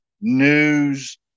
news